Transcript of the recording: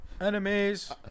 enemies